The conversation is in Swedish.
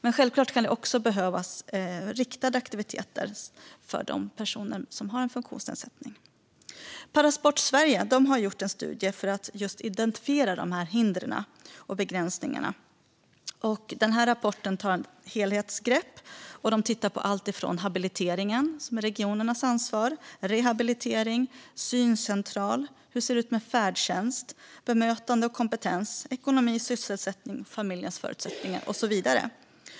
Men självklart kan det också behövas riktade aktiviteter för de personer som har en funktionsnedsättning. Parasport Sverige har gjort en studie för att identifiera dessa hinder och begränsningar. I rapporten tar man ett helhetsgrepp och tittar på alltifrån habilitering, som är regionernas ansvar, till rehabilitering, syncentral, färdtjänst, bemötande och kompetens, ekonomi, sysselsättning, familjens förutsättningar och så vidare.